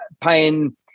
paying